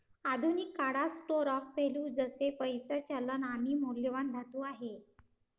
आधुनिक काळात store of value जसे पैसा, चलन आणि मौल्यवान धातू आहे